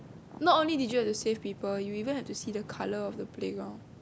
not only did you have to save people you even have to see the colour of the playground